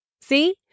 See